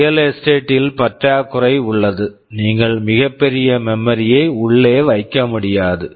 real estate real estate ல் பற்றாக்குறை உள்ளது நீங்கள் மிகப் பெரிய மெமரி memory யை உள்ளே வைக்க முடியாது